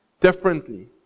differently